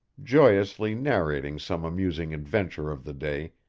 joyously narrating some amusing adventure of the day,